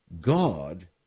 God